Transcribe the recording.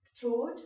throat